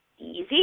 easy